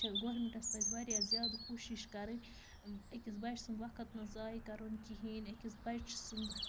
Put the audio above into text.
چھِ گورمنٛٹَس پَزِ واریاہ زیادٕ کوٗشِش کَرٕنۍ أکِس بَچہٕ سُنٛد وقت نہٕ زایہِ کَرُن کِہیٖنۍ أکِس بَچہٕ سُنٛد